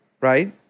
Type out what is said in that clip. right